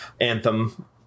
Anthem